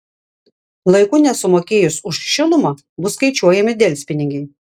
laiku nesumokėjus už šilumą bus skaičiuojami delspinigiai